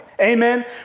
Amen